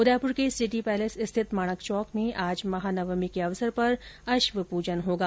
उदयपुर के city palace स्थित माणक चौक में आज महानवमी के अवसर पर अश्व पूजन होगा